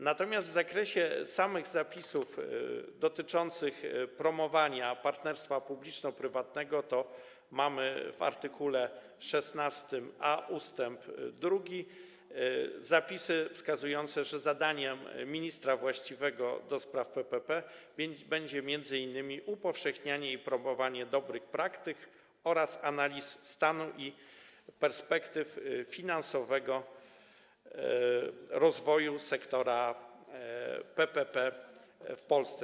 Natomiast w zakresie samych zapisów dotyczących promowania partnerstwa publiczno-prywatnego mamy w art. 16a ust. 2 zapisy wskazujące, że zadaniem ministra właściwego do spraw PPP będzie m.in. upowszechnianie i promowanie dobrych praktyk oraz analiz stanu i perspektyw finansowego rozwoju sektora PPP w Polsce.